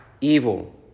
evil